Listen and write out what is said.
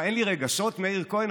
מה, אין לי רגשות, מאיר כהן?